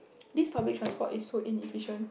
this public transport is so inefficient